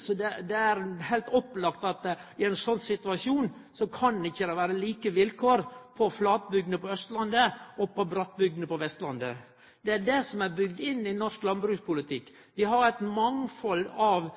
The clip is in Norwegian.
Så det er heilt opplagt at det i ein slik situasjon ikkje kan vere same vilkår for flatbygdene på Austlandet som for brattbygdene på Vestlandet. Det er det som er bygd inn i norsk landbrukspolitikk. Ein har eit mangfald av